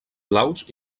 blaus